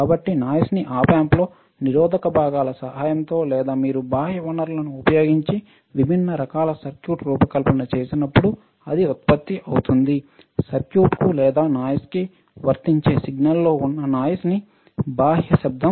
కాబట్టి నాయిస్న్ని op amp లో నిరోధక భాగాల సహాయంతో లేదా మీరు బాహ్య వనరులను ఉపయోగించి విభిన్న రకాల సర్క్యూట్ రూపకల్పన చేసినప్పుడు అది ఉత్పత్తి అవుతుంది సర్క్యూట్కు లేదా నాయిస్నికి వర్తించే సిగ్నల్లో ఉన్న నాయిస్న్ని బాహ్యశబ్దo సూచిస్తుంది